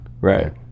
Right